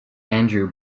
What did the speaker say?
andrew